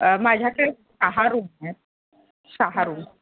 माझ्याकडे सहा रूम आहेत सहा रूम